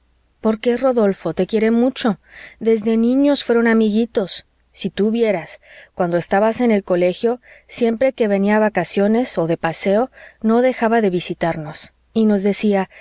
por qué rodolfo te quiere mucho desde niños fueron amiguitos si tú vieras cuando estabas en el colegio siempre que venía a vacaciones o de paseo no dejaba de visitarnos y nos decía